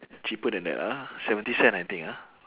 cheaper than that ah seventy cent I think ah